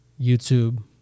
YouTube